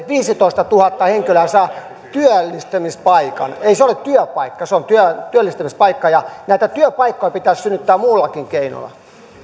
viisitoistatuhatta henkilöä saa työllistymispaikan ei se ole työpaikka se on työllistymispaikka ja näitä työpaikkoja pitäisi synnyttää muillakin keinoilla